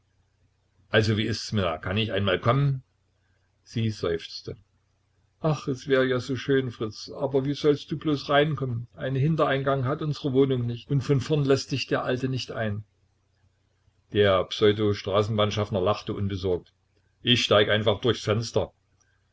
also wie ist's minna kann ich einmal kommen sie seufzte ach es wäre ja so schön fritz aber wie sollst du bloß reinkommen einen hintereingang hat unsere wohnung nicht und von vorn läßt dich der alte nicht ein der pseudo straßenbahnschaffner lachte unbesorgt ich steige einfach durchs fenster